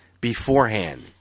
beforehand –